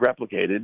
replicated